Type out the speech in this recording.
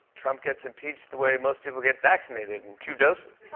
trump gets impeached the way most people get vaccinated in two doses.